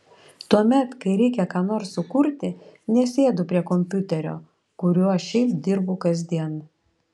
tuomet kai reikia ką nors sukurti nesėdu prie kompiuterio kuriuo šiaip dirbu kasdien